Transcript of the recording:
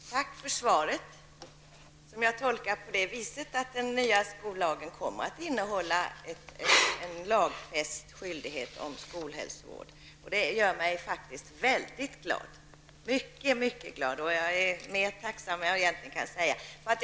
Herr talman! Tack för svaret som jag har tolkat på det viset att den nya skollagen kommer att innehålla en lagfäst skyldighet beträffande skolhälsovård. Detta gör mig faktiskt mycket glad. Egentligen är jag mer tacksam än vad jag kan ge uttryck för.